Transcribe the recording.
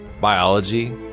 biology